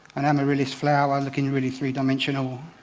an amaryllis flower looking really three-dimensional.